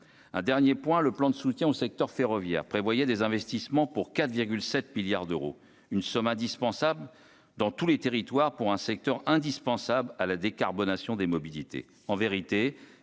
un dernier point, le plan de soutien au secteur ferroviaire prévoyait des investissements pour 4 7 milliards d'euros, une somme indispensable dans tous les territoires pour un secteur indispensable à la décarbonation des mobilités,